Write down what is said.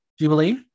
Jubilee